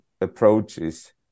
approaches